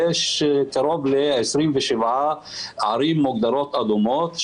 יש קרוב ל-27 ערים שמוגדרות אדומות,